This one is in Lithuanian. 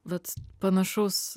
vat panašaus